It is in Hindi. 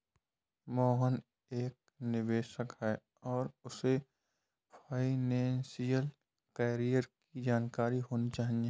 मोहन एक निवेशक है और उसे फाइनेशियल कैरियर की जानकारी होनी चाहिए